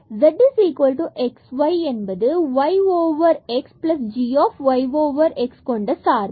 z x y என்பது y x g y x கொண்ட சார்பு